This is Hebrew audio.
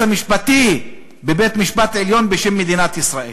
המשפטי בבית-המשפט העליון בשם מדינת ישראל.